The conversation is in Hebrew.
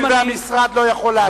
הואיל והמשרד לא יכול להשיב פה,